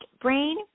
brain